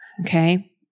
Okay